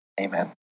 Amen